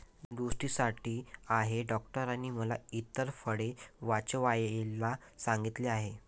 दृष्टीसाठी आहे डॉक्टरांनी मला इतर फळे वाचवायला सांगितले आहे